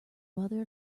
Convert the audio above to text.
mother